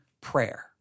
prayer